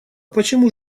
почему